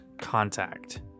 contact